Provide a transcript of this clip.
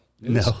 No